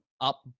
up